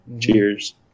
Cheers